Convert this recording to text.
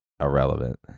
irrelevant